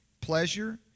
pleasure